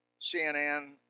CNN